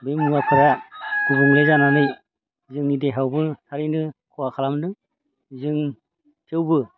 बे मुवाफ्रा गुबुंले जानानै जोंनि देहायावबो थारैनो खहा खालामदों जों थेवबो